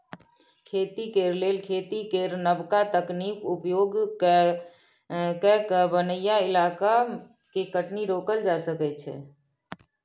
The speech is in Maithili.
खेती करे लेल खेती केर नबका तकनीक उपयोग कए कय बनैया इलाका के कटनी रोकल जा सकइ छै